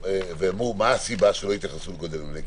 אמרו מה הסיבה שלא התייחסו לגודל המבנה?